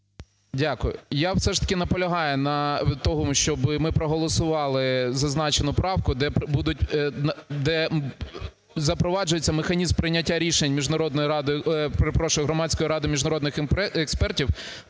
Дякую. Я все ж таки наполягаю на тому, щоб ми проголосували зазначену правку, де запроваджується механізм прийняття рішень міжнародною радою,